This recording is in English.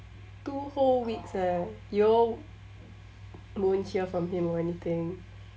two whole weeks eh y'all won't hear from him or anything